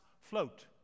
float